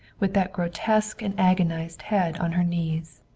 with that grotesque and agonized head on her knees.